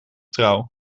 trouw